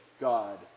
God